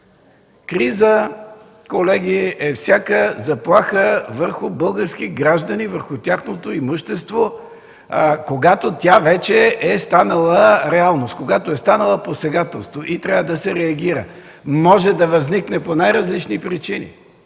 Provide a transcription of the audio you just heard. Криза, колеги, е всяка заплаха върху български граждани, върху тяхното имущество, когато тя вече е станала реалност, когато е станала посегателство и трябва да се реагира. Може да възникне по най-различни причини.